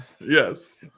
Yes